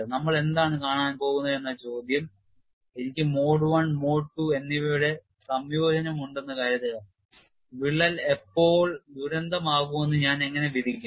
നമ്മൾ എന്താണ് കാണാൻ പോകുന്നത് എന്ന ചോദ്യം എനിക്ക് മോഡ് I മോഡ് II എന്നിവയുടെ സംയോജനമുണ്ടെന്ന് കരുതുക വിള്ളൽ എപ്പോൾ ദുരന്തമാകുമെന്ന് ഞാൻ എങ്ങനെ വിധിക്കും